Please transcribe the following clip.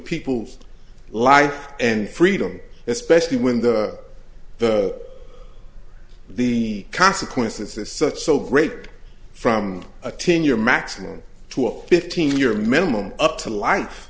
people's lives and freedom especially when the the consequences such so great from a ten year maximum to a fifteen year minimum up to life